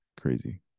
Crazy